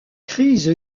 crise